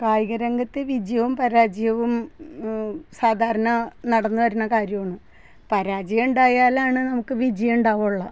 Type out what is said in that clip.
കായിക രംഗത്തെ വിജയവും പരാജയവും സാധാരണ നടന്നു വരുന്ന കാര്യമാണ് പരാജയമുണ്ടായാലാണ് നമുക്ക് വിജയമുണ്ടാവുള്ളൂ